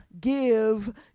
give